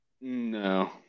No